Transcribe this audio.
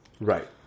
Right